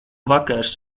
vakars